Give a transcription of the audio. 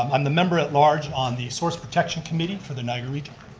i'm the member at-large on the source protection committee for the niagara region.